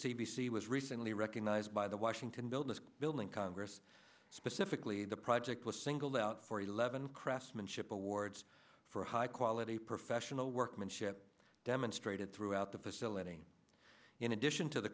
c was recently recognized by the washington building building congress specifically the project was singled out for eleven craftsmanship awards for high quality professional workmanship demonstrated throughout the facility in addition to the